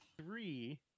three